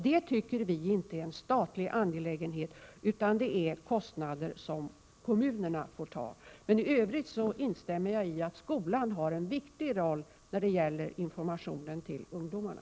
Det tycker vi inte är en statlig angelägenhet, utan det är kostnader som kommunerna får ta. Men i övrigt instämmer jag i att skolan har en viktig roll när det gäller informationen till ungdomarna.